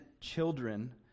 children